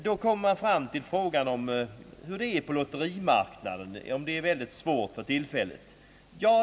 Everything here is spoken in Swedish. Det kan hända att det är svårt på lotterimarknaden för tillfället.